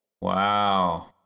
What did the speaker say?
wow